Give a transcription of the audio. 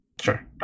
Sure